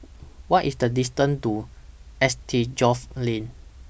What IS The distance to S T Geoff Lane